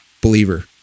believer